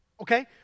okay